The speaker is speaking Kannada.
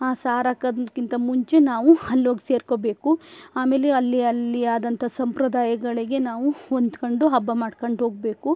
ಆ ಸಾರಿ ಹಾಕೋದ್ಕಿಂತ ಮುಂಚೆ ನಾವು ಅಲ್ಲಿ ಹೋಗಿ ಸೇರ್ಕೋಬೇಕು ಆಮೇಲೆ ಅಲ್ಲಿ ಅಲ್ಲಿಯದಂಥ ಸಂಪ್ರದಾಯಗಳಿಗೆ ನಾವು ಹೊಂದ್ಕೊಂಡು ಹಬ್ಬ ಮಾಡ್ಕೊಂಡು ಹೋಗಬೇಕು